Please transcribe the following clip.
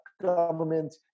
government